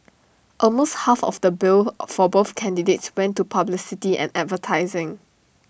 almost half of the bill for both candidates went to publicity and advertising